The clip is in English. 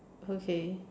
okay